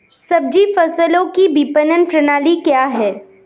सब्जी फसलों की विपणन प्रणाली क्या है?